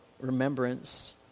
remembrance